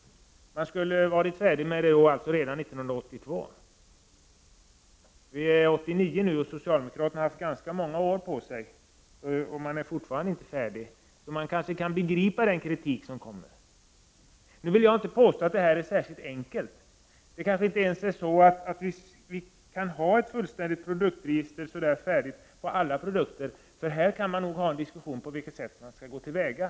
Man skulle ha varit färdig med det redan 1982. Vi har nu 1989. Socialdemokraterna har alltså haft ganska många år på sig men är ännu inte färdiga. Man kanske därför kan begripa den kritik som kommer. Jag vill nu inte påstå att detta är särskilt enkelt, vi kanske inte ens kan få fram ett fullständigt produktregister. Vi kan här behöva ha en diskussion om hur vi skall gå till väga.